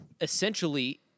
essentially